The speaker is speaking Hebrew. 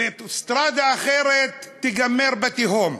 ואוטוסטרדה אחרת תיגמר בתהום.